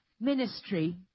ministry